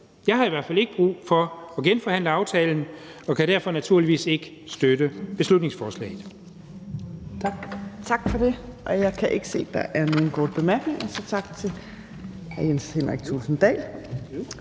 Jeg har i hvert fald ikke brug for at genforhandle aftalen og kan derfor naturligvis ikke støtte beslutningsforslaget.